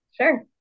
Sure